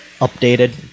updated